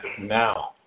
now